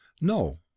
No